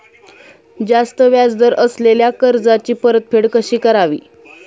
जास्त व्याज दर असलेल्या कर्जाची परतफेड कशी करावी?